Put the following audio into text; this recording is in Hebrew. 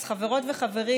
אז חברות וחברים,